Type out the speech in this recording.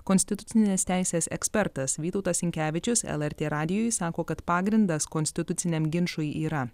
konstitucinės teisės ekspertas vytautas sinkevičius lrt radijui sako kad pagrindas konstituciniam ginčui yra